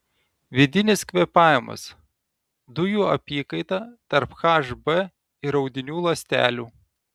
vidinis kvėpavimas dujų apykaita tarp hb ir audinių ląstelių